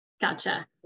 Gotcha